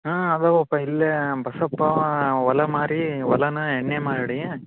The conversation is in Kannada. ಹಾಂ ಇದಾವಪ್ಪ ಇಲ್ಲೇ ಬಸಪ್ಪಾ ಹೊಲ ಮಾರಿ ಹೊಲನ್ನಾ ಎನ್ ಎ ಮಾಡಿ